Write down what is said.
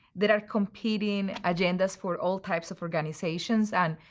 there are competing agendas for all types of organizations, and,